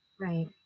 Right